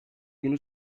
günü